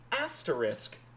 asterisk